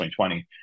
2020